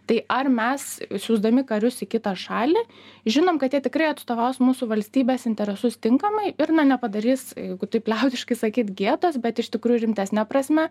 tai ar mes siųsdami karius į kitą šalį žinom kad jie tikrai atstovaus mūsų valstybės interesus tinkamai ir na nepadarys jeigu taip liaudiškai sakyt gėdos bet iš tikrųjų rimtesne prasme